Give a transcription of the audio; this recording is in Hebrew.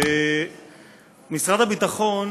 משרד הביטחון,